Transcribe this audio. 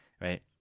right